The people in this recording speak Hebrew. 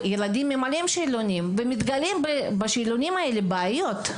ילדים ממלאים שאלונים ובשאלונים האלה מתגלות בעיות.